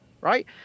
right